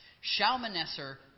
Shalmaneser